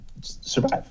survive